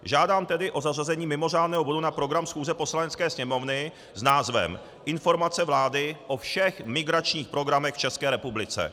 Žádám tedy o zařazení mimořádného bodu na program schůze Poslanecké sněmovny s názvem Informace vlády o všech migračních programech v České republice.